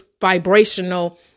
vibrational